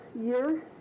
year